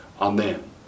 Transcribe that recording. Amen